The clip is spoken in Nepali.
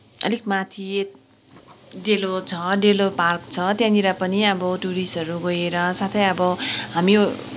अलिक माथि डेलो छ डेलो पार्क छ त्यहाँनिर पनि अब टुरिस्टहरू गएर साथै अब हामी